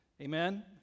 Amen